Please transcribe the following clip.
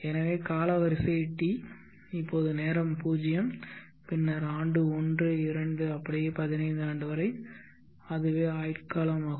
எனவே காலவரிசை t இப்போது நேரம் 0 பின்னர் ஆண்டு ஒன்று ஆண்டு இரண்டு இப்படியே 15 ஆண்டு வரை அதுவே ஆயுட்காலம் ஆகும்